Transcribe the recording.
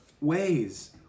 ways